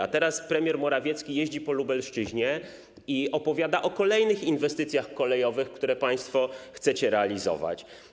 A teraz premier Morawiecki jeździ po Lubelszczyźnie i opowiada o kolejnych inwestycjach kolejowych, które państwo chcecie realizować.